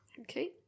Okay